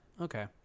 Okay